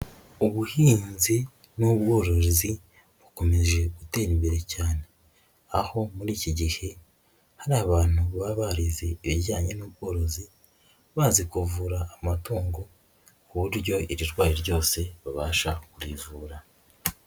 Ubuhinzi n'ubworozi bukomeje gutera imbere cyane, aho muri iki gihe hari abantu baba barize ibijyanye n'ubworozi bazi kuvura amatungo ku buryo irirwaye ryose babasha kurivura.